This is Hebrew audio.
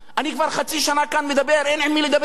אני כבר חצי שנה כאן מדבר, אין עם מי לדבר.